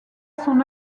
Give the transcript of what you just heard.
son